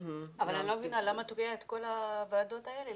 אני לא מבינה למה את מביאה את כל הוועדות האלה.